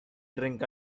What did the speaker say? drink